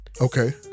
Okay